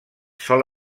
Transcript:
sol